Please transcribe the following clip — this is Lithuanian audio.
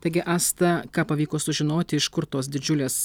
taigi asta ką pavyko sužinoti iš kur tos didžiulės